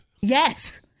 Yes